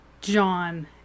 John